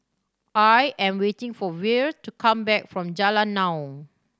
I am waiting for Vere to come back from Jalan Naung